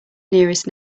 nearest